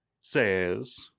says